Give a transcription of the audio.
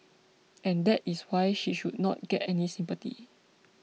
and that is why she should not get any sympathy